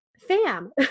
Fam